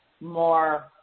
more